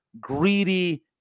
greedy